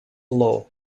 law